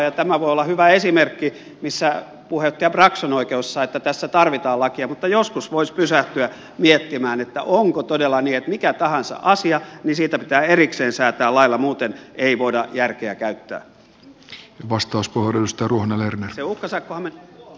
ja tämä voi olla hyvä esimerkki missä puheenjohtaja brax on oikeassa että tässä tarvitaan lakia mutta joskus voisi pysähtyä miettimään onko todella niin että on mikä tahansa asia niin siitä pitää erikseen säätää lailla muuten ei voida järkeä käyttää